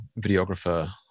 videographer